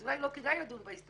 אז אולי לא כדאי לדון בהסתייגויות,